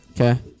Okay